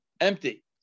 empty